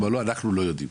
אנחנו לא יודעים.